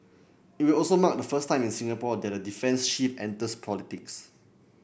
it will also mark the first time in Singapore that a defence chief enters politics